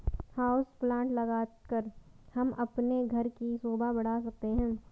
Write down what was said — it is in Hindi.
हाउस प्लांट लगाकर हम अपने घर की शोभा बढ़ा सकते हैं